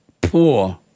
poor